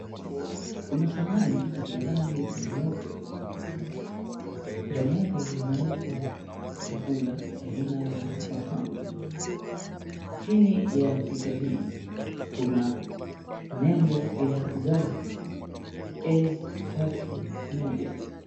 Kuna sahani lenye rangi nyeupe ndani yake limeekwa chakula aina ya mahamri chini ya picha hii kuna nembo ya galaxy A31.